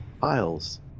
files